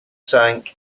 sank